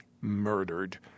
murdered